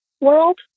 world